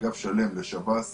שלם לשב"ס